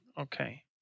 Okay